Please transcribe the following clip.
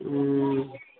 ہوں